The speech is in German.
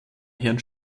herrn